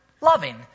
loving